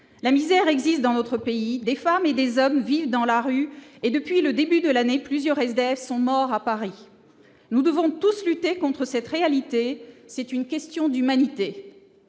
la misère existe dans notre pays des femmes et des hommes vivent dans la rue et depuis le début de l'année, plusieurs SDF sont morts à Paris : nous devons tous lutter contre cette réalité, c'est une question d'humanité